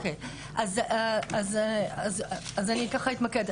אני אתמקד.